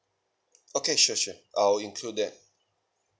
okay sure sure I'll include that